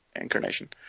incarnation